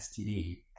STD